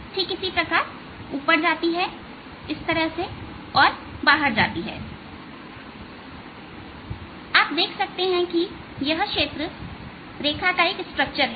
ठीक इसी प्रकार यह ऊपर जाती है इस तरह से और बाहर जाती है और आप देख सकते हैं कि यह क्षेत्र रेखा स्ट्रक्चर है